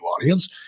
audience